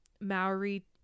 Maori